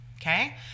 Okay